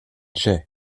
jay